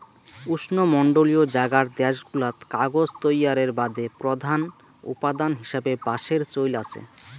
উষ্ণমণ্ডলীয় জাগার দ্যাশগুলাত কাগজ তৈয়ারের বাদে প্রধান উপাদান হিসাবে বাঁশের চইল আচে